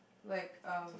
like um